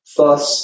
Thus